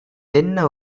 என்ன